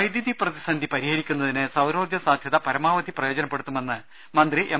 വൈദ്യുതി പ്രതിസന്ധി പരിഹരിക്കുന്നതിന് സൌരോർജ്ജ സാധ്യത പരമാവധി പ്രയോജനപ്പെടുത്തുമെന്ന് മന്ത്രി എം